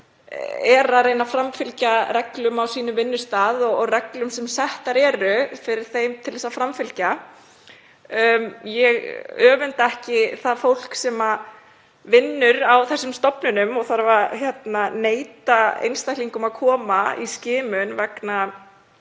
er að reyna að framfylgja reglum á sínum vinnustað og reglum sem settar eru fyrir það til að framfylgja þeim. Ég öfunda ekki það fólk sem vinnur á þessum stofnunum og þarf að neita einstaklingum um að koma í skimun vegna